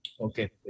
Okay